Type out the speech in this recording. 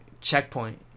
checkpoint